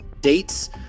Dates